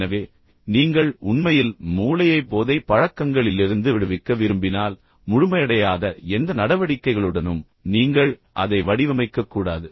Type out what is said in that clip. எனவே நீங்கள் உண்மையில் மூளையை போதை பழக்கங்களிலிருந்து விடுவிக்க விரும்பினால் முழுமையடையாத எந்த நடவடிக்கைகளுடனும் நீங்கள் அதை வடிவமைக்கக்கூடாது